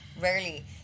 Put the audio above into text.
Rarely